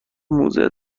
موزه